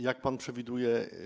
Jak pan przewiduje?